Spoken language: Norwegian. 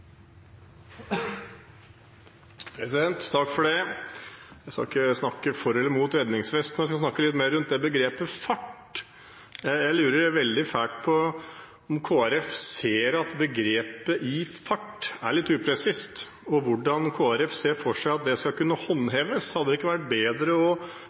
Jeg skal ikke snakke for eller imot redningsvest, men jeg skal snakke litt mer rundt begrepet «i fart». Jeg lurer veldig på om Kristelig Folkeparti ser at begrepet «i fart» er litt upresist, og på hvordan Kristelig Folkeparti ser for seg at det skal kunne håndheves. Hadde det ikke vært bedre